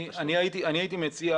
אני הייתי מציע,